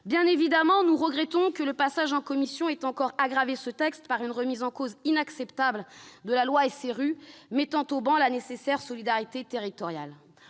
Bien sûr, nous regrettons que le passage en commission ait encore aggravé ce texte par une remise en cause inacceptable de la loi SRU, mettant au ban la nécessaire solidarité territoriale.